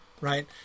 right